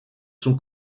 sont